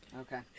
Okay